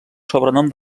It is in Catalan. sobrenom